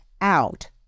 out